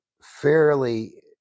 fairly